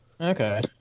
Okay